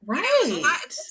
right